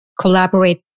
collaborate